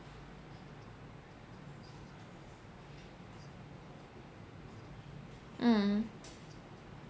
mm